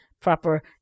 proper